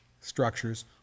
structures